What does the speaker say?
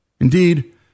Indeed